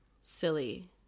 silly